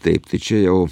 taip tai čia jau